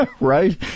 right